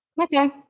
Okay